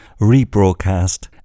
rebroadcast